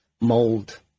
mold